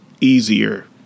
easier